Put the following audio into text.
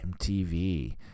MTV